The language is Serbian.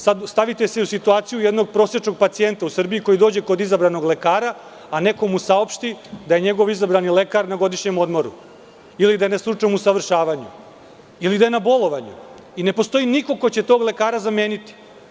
Stavite se u situaciju jednog prosečnog pacijenta u Srbiji koji dođe kod izabranog lekara a neko mu saopšti da je njegov izabrani lekar na godišnjem odmoru, ili da je na stručnom usavršavanju, ili da je na bolovanju, i ne postoji niko ko će tog lekara zameniti.